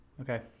Okay